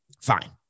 Fine